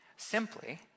Simply